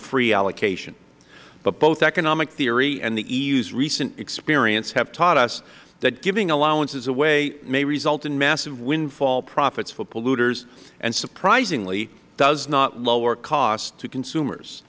free allocation but both economic theory and the eu's recent experience have taught us that giving allowances away may result in massive windfall profits for polluters and surprisingly does not lower costs to consumers